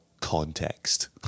context